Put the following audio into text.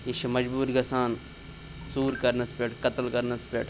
یہِ چھِ مجبوٗر گَژھان ژوٗر کَرنَس پٮ۪ٹھ قتل کَرنَس پٮ۪ٹھ